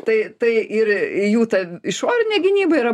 tai tai ir jų ta išorinė gynyba yra